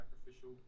sacrificial